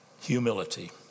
humility